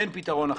אין פתרון אחר.